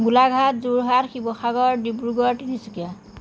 Golaghat Jorhat Sivasagar Dibrugarh Tinsukia